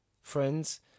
friends